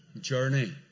journey